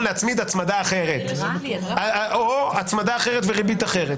להצמיד הצמדה אחרת או הצמדה אחרת וריבית אחרת.